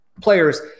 players